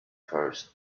first